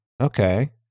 Okay